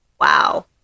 Wow